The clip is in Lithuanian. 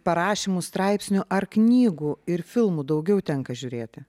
parašymų straipsnių ar knygų ir filmų daugiau tenka žiūrėti